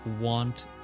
want